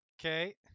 Okay